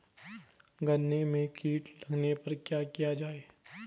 गन्ने में कीट लगने पर क्या किया जाये?